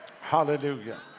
Hallelujah